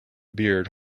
beard